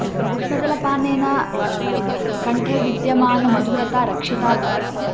र उष्णजलपानेन कण्ठे विद्यमानमधुरता रक्षिता भवति